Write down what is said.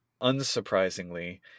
unsurprisingly